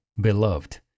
Beloved